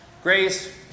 Grace